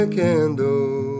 candle